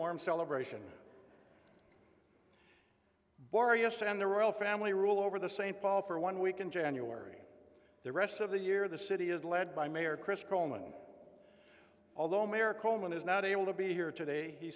warm celebration for us and the royal family rule over the st paul for one week in january the rest of the year the city is led by mayor chris coleman although mayor coleman is not able to be here today he